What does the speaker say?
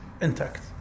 intact